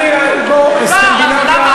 אני, בוא,